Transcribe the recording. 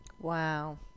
Wow